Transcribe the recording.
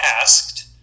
asked